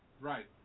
Right